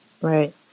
Right